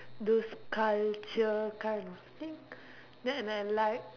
those culture kind of thing then I like